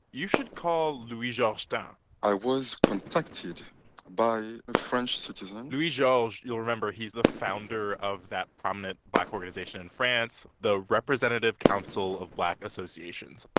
you should call louis-georges tin but i was contacted by a french citizen louis-georges you'll remember he's the founder of that prominent black organization in france, the representative council of black associations.